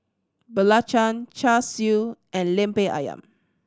belacan Char Siu and Lemper Ayam